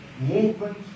movement